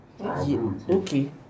Okay